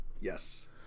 Yes